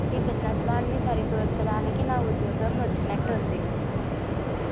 ఈ భిన్నత్వాన్ని సరికూర్చడానికి నా ఉద్యోగం వచ్చినట్టు ఉంది